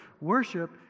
worship